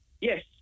yes